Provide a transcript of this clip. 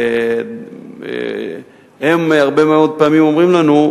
הם הרבה מאוד פעמים אומרים לנו,